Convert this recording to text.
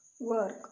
work